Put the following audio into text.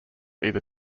either